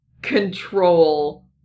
control